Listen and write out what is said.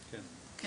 אבל אנחנו